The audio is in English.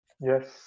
Yes